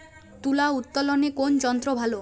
তুলা উত্তোলনে কোন যন্ত্র ভালো?